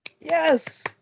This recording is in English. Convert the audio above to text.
Yes